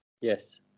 Yes